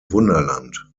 wunderland